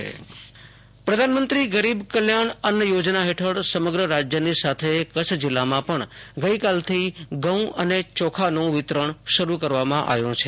આશુતોષ અંતાણી કુચ્છ અનાજ વિતરણ પ્રધાનમંત્રી ગરીબ કલ્યાણ અન્ન યોજના હેઠળ સમગ્ર રાજ્યની સાથે કચ્છ જિલ્લામાં પણ ગઈકાલથી ઘઉં અને ચોખાનું વિતરણ શરૂ કરવામાં આવ્યું છે